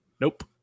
Nope